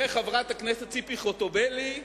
וחברת הכנסת ציפי חוטובלי,